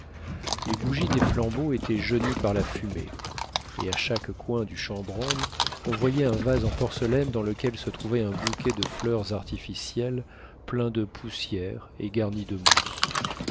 les bougies des flambeaux étaient jaunies par la fumée et à chaque coin du chambranle on voyait un vase en porcelaine dans lequel se trouvait un bouquet de fleurs artificielles plein de poussière et garni de mousse